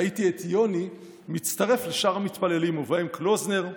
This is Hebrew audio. ראיתי את יוני מצטרף לשאר המתפללים, ובהם קלוזנר,